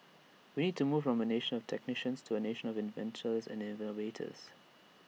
we need to move from A nation of technicians to A nation of inventors and innovators